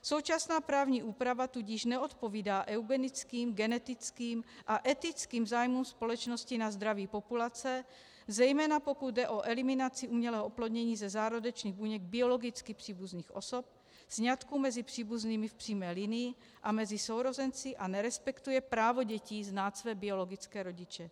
Současná právní úprava tudíž neodpovídá eugenickým, genetickým a etickým zájmům společnosti na zdraví populace, zejména pokud jde o eliminaci umělého oplodnění ze zárodečných buněk biologicky příbuzných osob, sňatků mezi příbuznými v přímé linii a mezi sourozenci a nerespektuje právo dětí znát své biologické rodiče.